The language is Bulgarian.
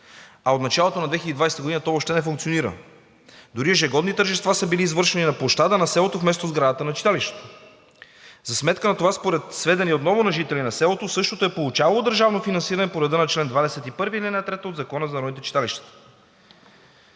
От началото на 2020 г. то въобще не функционира и дори ежегодни тържества са били извършвани на площада на селото вместо в сградата на читалището. За сметка на това според сведения отново на жителите на селото същото е получавало държавно финансиране по реда на чл. 21, ал. 3 от Закона за народните читалища.